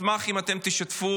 אשמח אם אתם תשתתפו